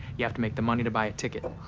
you have to make the money to buy a ticket.